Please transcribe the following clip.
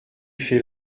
fais